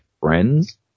friends